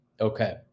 okay